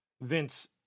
Vince